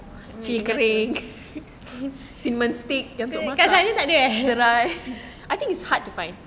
kacangnya takde ah